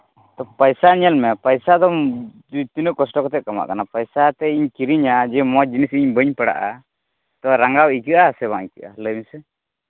ᱯᱚᱭᱥᱟ ᱧᱮᱞ ᱢᱮ ᱯᱚᱭᱥᱟ ᱫᱚᱢ ᱛᱤᱱᱟᱹᱜ ᱠᱚᱥᱴᱚ ᱠᱟᱛᱮᱫ ᱠᱟᱢᱟᱜ ᱠᱟᱱᱟ ᱯᱚᱭᱥᱟ ᱛᱤᱧ ᱠᱤᱨᱤᱧᱟ ᱡᱮ ᱢᱚᱡᱽ ᱡᱤᱱᱤᱥᱤᱧ ᱵᱟᱹᱧ ᱯᱟᱲᱟᱜᱼᱟ ᱛᱚ ᱨᱟᱸᱜᱟᱣ ᱟᱹᱭᱠᱟᱹᱜᱼᱟ ᱥᱮ ᱵᱟᱝ ᱟᱹᱭᱠᱟᱹᱜᱼᱟ ᱞᱟᱹᱭ ᱢᱮ